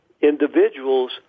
individuals